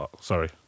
Sorry